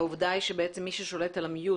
והעובדה היא שבעצם מי ששולט על ה-מיוט,